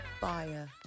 fire